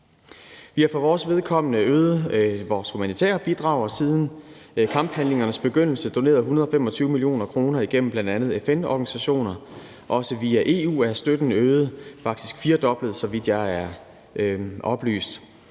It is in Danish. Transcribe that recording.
Vi har for vores vedkommende øget vores humanitære bidrag og siden kamphandlingernes begyndelse doneret 125 mio. kr. igennem bl.a. FN-organisationer. Også via EU er støtten øget, faktisk firedoblet, så vidt jeg er oplyst.